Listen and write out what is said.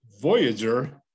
Voyager